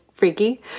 freaky